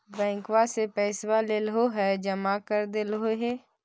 बैंकवा से पैसवा लेलहो है जमा कर देलहो हे?